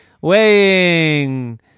Weighing